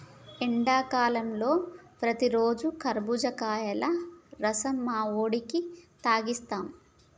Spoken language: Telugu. ఎండాకాలంలో ప్రతిరోజు కర్బుజకాయల రసం మా కొడుకుకి తాగిస్తాం